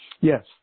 Yes